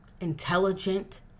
intelligent